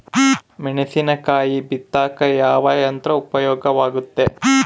ಮೆಣಸಿನಕಾಯಿ ಬಿತ್ತಾಕ ಯಾವ ಯಂತ್ರ ಉಪಯೋಗವಾಗುತ್ತೆ?